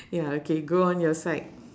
ya okay go on your side